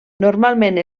normalment